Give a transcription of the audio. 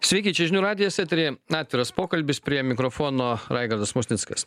sveiki čia žinių radijo etery atviras pokalbis prie mikrofono raigardas musnickas